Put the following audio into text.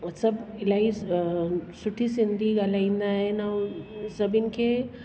सभु इलाही अ सुठी सिंधी ॻाल्हाईंदा आहिनि ऐं सभिनि खे